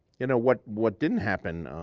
you know, what what didn't happen